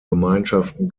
gemeinschaften